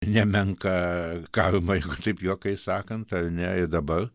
nemenką karmą jeigu taip juokais sakant ar ne ir dabar